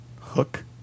hook